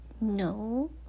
No